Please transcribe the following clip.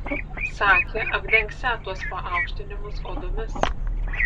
sakė apdengsią tuos paaukštinimus odomis